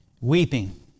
weeping